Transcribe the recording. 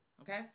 Okay